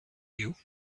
you